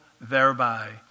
thereby